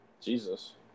Jesus